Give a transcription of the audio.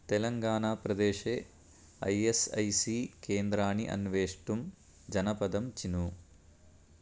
तेलङ्गानाप्रदेशे I S I C केन्द्रानि अन्वेष्टुं जनपदं चिनु